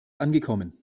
angekommen